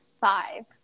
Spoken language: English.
five